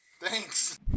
Thanks